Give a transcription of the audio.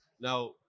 Now